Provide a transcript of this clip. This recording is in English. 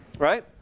Right